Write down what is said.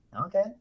Okay